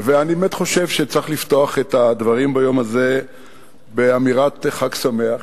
אני באמת חושב שצריך לפתוח את הדברים ביום הזה באמירת "חג שמח",